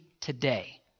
today